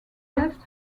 left